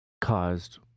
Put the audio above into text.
caused